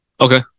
Okay